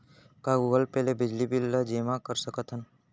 का Google Pay ले बिजली बिल ल जेमा कर सकथन?